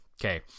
Okay